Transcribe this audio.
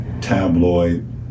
tabloid